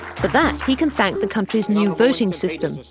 for that he can thank the country's new voting system,